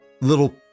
little